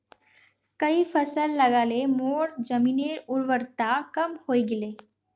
कई फसल लगा ल मोर जमीनेर उर्वरता कम हई गेले